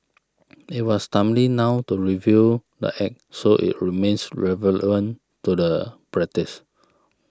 it was timely now to review the Act so it remains relevant to the practice